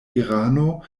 irano